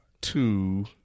two